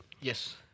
Yes